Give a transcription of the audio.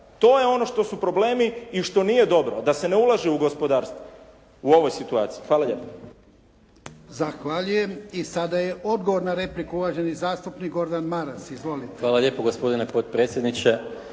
to je on što su problemi i što nije dobro, da se ne ulaže u gospodarstvo u ovoj situaciji. Hvala lijepa.